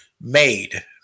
made